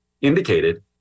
indicated